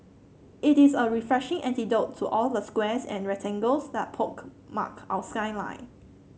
it is a refreshing antidote to all the squares and rectangles that pockmark our skyline